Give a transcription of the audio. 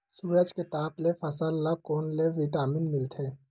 सूरज के ताप ले फसल ल कोन ले विटामिन मिल थे?